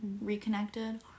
reconnected